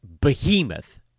behemoth